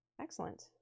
Excellent